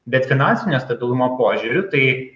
bet finansinio stabilumo požiūriu tai